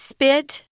Spit